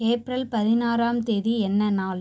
April பதினாறாம் தேதி என்ன நாள்